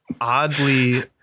oddly